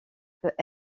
peut